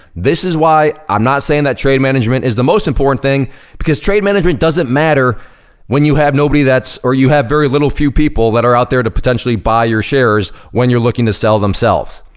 this is why i'm not saying that trade management is the most important thing because trade management doesn't matter when you have nobody that's, or you have very little few people that are out there to potentially buy your shares when you're looking to sell themselves.